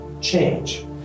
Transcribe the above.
Change